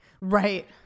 Right